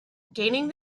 gaining